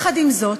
עם זאת,